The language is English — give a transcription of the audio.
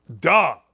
Duh